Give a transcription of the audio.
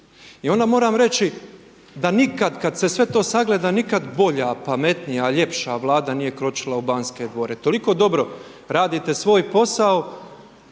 I onda moram reći da nikad kad se sve to sagleda, nikad bolja, pametnija, ljepša Vlada nije kročila u Banske Dvore, toliko dobro radite svoj posao,